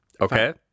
Okay